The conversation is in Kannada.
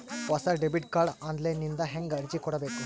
ಹೊಸ ಡೆಬಿಟ ಕಾರ್ಡ್ ಆನ್ ಲೈನ್ ದಿಂದ ಹೇಂಗ ಅರ್ಜಿ ಕೊಡಬೇಕು?